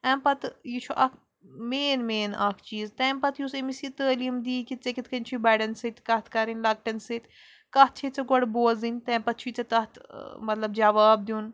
اَمہِ پَتہٕ یہِ چھُ اَکھ مین مین اَکھ چیٖز تَمۍ پَتہٕ یُس أمِس یہِ تعٲلیٖم دِی کہِ ژےٚ کِتھ کَنۍ چھُے بَڑٮ۪ن سۭتۍ کَتھ کَرٕنۍ لۄکٹٮ۪ن سۭتۍ کَتھ چھے ژےٚ گۄڈٕ بوزٕنۍ تَمۍ پَتہٕ چھُے ژےٚ تَتھ مطلب جواب دیُن